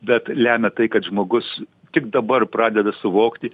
bet lemia tai kad žmogus tik dabar pradeda suvokti